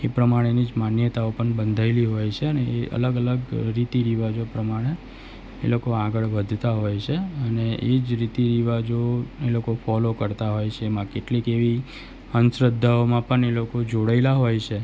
એ પ્રમાણેની જ માન્યતાઓ પણ બંધાયેલી હોય છે અને એ અલગ અલગ રીતિ રિવાજો પ્રમાણે એ લોકો આગળ વધતા હોય છે અને એ જ રીતિ રિવાજો એ લોકો ફોલો કરતા હોય છે એમાં કેટલીક એવી અંધશ્રદ્ધાઓમાં પણ એ લોકો જોડાએલા હોય છે